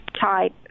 type